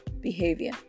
behavior